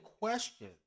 question